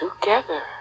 Together